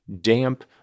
damp